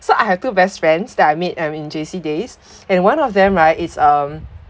so I have two best friends that I meet them when I'm in J_C days and one of them right it's um